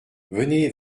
venez